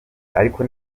ariko